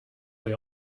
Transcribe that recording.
they